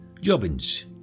Jobbins